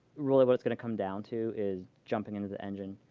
really what it's going to come down to is jumping into the engine,